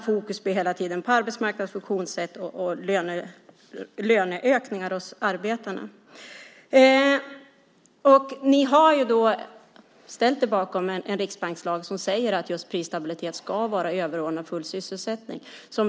Fokus blir hela tiden på arbetsmarknadens funktionssätt och löneökningar hos arbetarna. Ni har ställt er bakom en riksbankslag som säger att prisstabiliteten ska vara överordnad den fulla sysselsättningen.